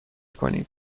کنید